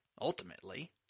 ultimately